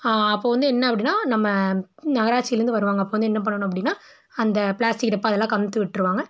அப்போ வந்து என்ன அப்படினா நம்ம நகராட்சிலேருந்து வருவாங்க அப்போ வந்து என்ன பண்ணணும் அப்படின்னா அந்த பிளாஸ்டிக் டப்பா அதெல்லாம் கவுத்து விட்டுருவாங்க